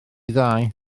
ddau